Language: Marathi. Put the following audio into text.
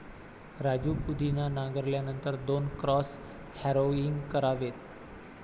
राजू पुदिना नांगरल्यानंतर दोन क्रॉस हॅरोइंग करावेत